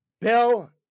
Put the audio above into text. Bill